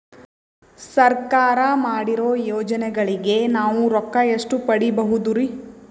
ಸರ್ಕಾರ ಮಾಡಿರೋ ಯೋಜನೆಗಳಿಗೆ ನಾವು ರೊಕ್ಕ ಎಷ್ಟು ಪಡೀಬಹುದುರಿ?